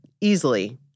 easily